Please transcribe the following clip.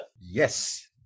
Yes